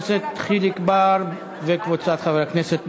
של חבר הכנסת חיליק בר וקבוצת חברי כנסת.